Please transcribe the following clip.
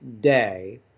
day